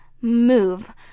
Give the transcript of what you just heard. move